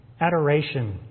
adoration